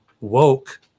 woke